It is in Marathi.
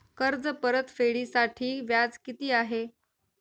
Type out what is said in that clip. कर्ज परतफेडीसाठी व्याज किती आहे?